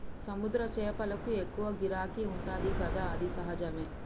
సముద్ర చేపలకు ఎక్కువ గిరాకీ ఉంటది కదా అది సహజమే